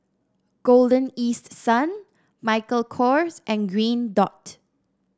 Golden East Sun Michael Kors and Green Dot